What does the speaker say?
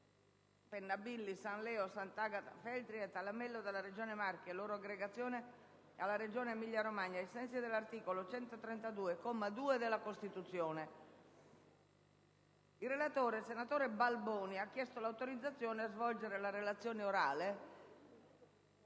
senatore Balboni, ha chiesto l'autorizzazione a svolgere la relazione orale.